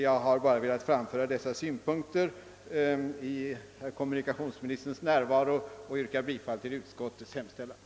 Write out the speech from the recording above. Jag har bara velat framföra dessa synpunkter i kommunikationsministerns närvaro, och jag ber att få yrka bifall till utskottets hemställan.